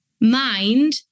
mind